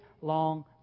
long